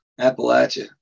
Appalachia